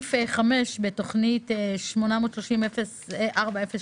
בסעיף 5 בתוכנית 83-40-02,